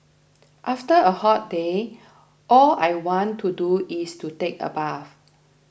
after a hot day all I want to do is to take a bath